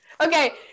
Okay